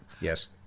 Yes